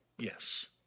Yes